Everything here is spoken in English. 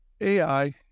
AI